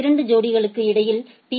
இரண்டு ஜோடிகளுக்கு இடையில் டி